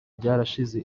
byarashize